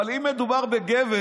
אבל אם מדובר בגבר